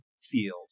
field